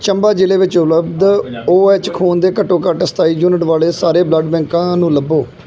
ਚੰਬਾ ਜ਼ਿਲ੍ਹੇ ਵਿੱਚ ਉਪਲਬਧ ਓ ਐੱਚ ਖੂਨ ਦੇ ਘੱਟੋ ਘੱਟ ਸਤਾਈ ਯੂਨਿਟ ਵਾਲੇ ਸਾਰੇ ਬਲੱਡ ਬੈਂਕਾਂ ਨੂੰ ਲੱਭੋ